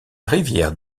rivière